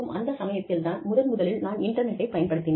அந்த சமயத்தில் தான் முதன் முதலில் நான் இன்டர்நெட்டை பயன்படுத்தினேன்